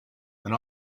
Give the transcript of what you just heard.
and